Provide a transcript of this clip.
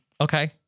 Okay